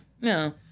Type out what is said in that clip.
No